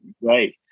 Right